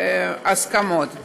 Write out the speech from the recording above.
הסוגיות שבמחלוקת.